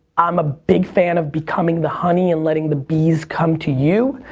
i'm a big fan of becoming the honey and letting the bees come to you,